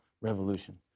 revolution